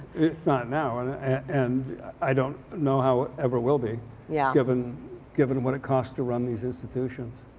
it's not now and i don't know how it ever will be yeah given given what it costs to run these institutions.